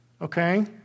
Okay